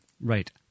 Right